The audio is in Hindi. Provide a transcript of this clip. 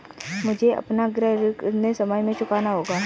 मुझे अपना गृह ऋण कितने समय में चुकाना होगा?